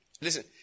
Listen